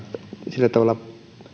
sillä tavalla